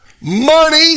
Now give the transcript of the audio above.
money